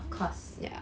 cause yeah